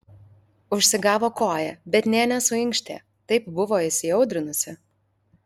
užsigavo koją bet nė nesuinkštė taip buvo įsiaudrinusi